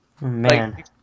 man